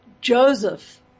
Joseph